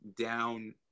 down